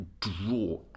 draw